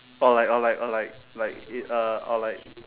or like or like or like like it uh or like